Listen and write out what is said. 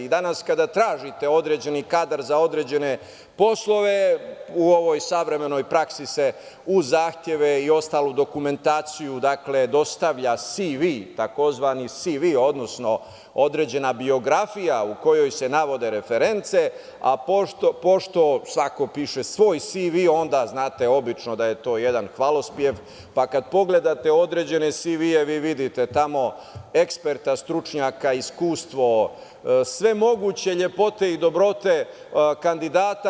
Danas kada tražite određeni kadar za određene poslove u ovoj savremenoj praksi se uz zahteve i ostalu dokumentaciju dostavlja SV, odnosno određena biografija u kojoj se navode reference, a pošto svako piše svoj SV onda obično znate da je to jedan hvalospev, pa kada pogledate određene SV vi vidite samo eksperta, stručnjaka, iskustvo, sve moguće lepote i dobrote kandidata.